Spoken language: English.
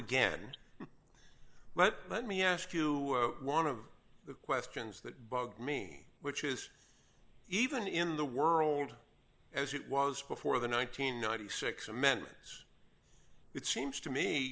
again but let me ask you one of the questions that bugged me which is even in the world as it was before the nine hundred and ninety six amendments it seems to me